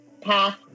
path